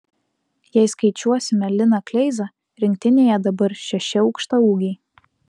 jei skaičiuosime liną kleizą rinktinėje dabar šeši aukštaūgiai